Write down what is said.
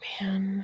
Man